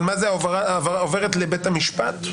אבל מה זה "עוברת לבית המשפט"?